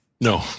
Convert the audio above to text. No